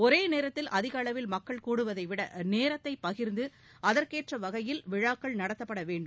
ஒரே நேரத்தில் அதிக அளவில் மக்கள் கூடுவதை விட நேரத்தை பகிர்ந்து அதற்கேற்ற வகையில் விழாக்கள் நடத்தப்படவேண்டும்